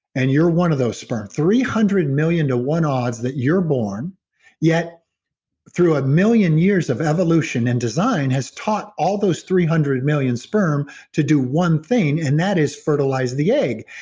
and you're one of those sperm. three hundred million to one odds that you're born yet through a million years of evolution and design has taught all those three hundred million sperm to do one thing, and that is fertilize the egg.